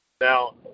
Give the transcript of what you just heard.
Now